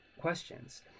questions